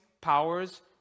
powers